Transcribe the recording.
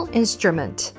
instrument